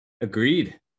Agreed